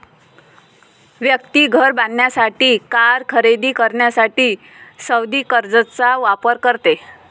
व्यक्ती घर बांधण्यासाठी, कार खरेदी करण्यासाठी सावधि कर्जचा वापर करते